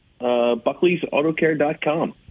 Buckley'sAutoCare.com